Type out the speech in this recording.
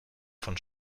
von